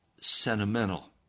sentimental